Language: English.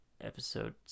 Episode